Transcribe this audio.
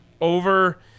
over